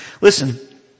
Listen